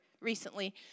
recently